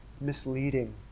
misleading